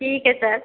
ठीक है सर